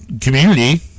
community